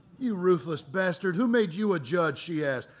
you ruthless bastard, who made you a judge? she asked.